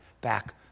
back